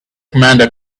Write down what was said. commander